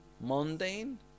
mundane